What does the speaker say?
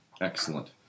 Excellent